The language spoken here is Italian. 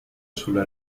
sulla